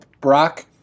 Brock